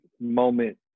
moment